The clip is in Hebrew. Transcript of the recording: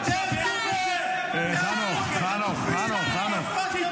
תפסיקו לעשות מהם מופע.